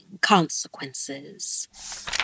consequences